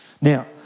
Now